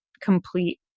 complete